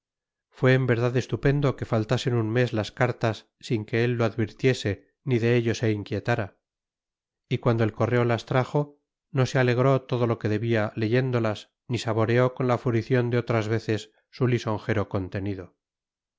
fue en verdad estupendo que faltasen un mes las cartas sin que él lo advirtiese ni de ello se inquietara y cuando el correo las trajo no se alegró todo lo que debía leyéndolas ni saboreó con la fruición de otras veces su lisonjero contenido